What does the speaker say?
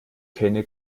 kenne